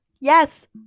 yes